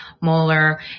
molar